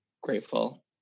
grateful